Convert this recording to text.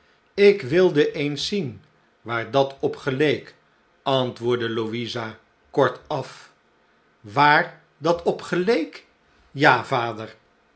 ik wilde eens zien waar dat op geleek antwoordde louise kortaf waar dat op geleek ja vader